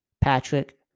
Patrick